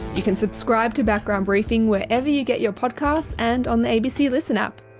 you can subscribe to background briefing wherever you get your podcasts, and on the abc listen app.